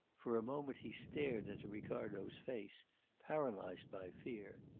for a moment he stared into ricardo's face paralysed by fear.